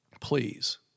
please